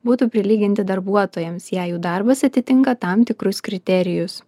būtų prilyginti darbuotojams jei jų darbas atitinka tam tikrus kriterijus